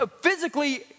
physically